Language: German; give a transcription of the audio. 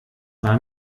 war